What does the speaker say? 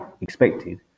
expected